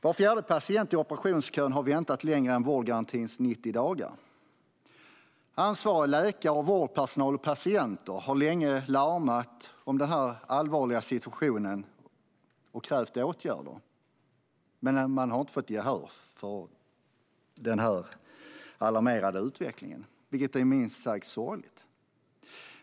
Var fjärde patient i operationskön har väntat längre än vårdgarantins 90 dagar. Ansvariga läkare, vårdpersonal och patienter har länge larmat om denna allvarliga situation och krävt åtgärder. Men man har inte fått gehör för detta, trots den alarmerande utvecklingen, vilket är minst sagt sorgligt.